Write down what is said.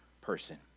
person